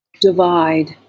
divide